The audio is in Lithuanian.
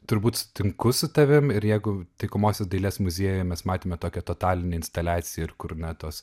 turbūt sutinku su tavim ir jeigu taikomosios dailės muziejuje mes matėme tokią totalinę instaliaciją ir kur na tos